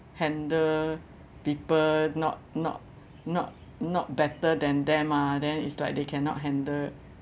handle people not not not not better than them ah then it's like they cannot handle